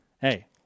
Hey